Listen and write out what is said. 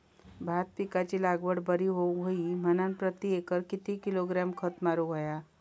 भात पिकाची लागवड बरी होऊक होई म्हणान प्रति एकर किती किलोग्रॅम खत मारुक होया?